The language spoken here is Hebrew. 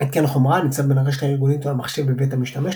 התקן חומרה הניצב בין הרשת הארגונית או המחשב בבית המשתמש,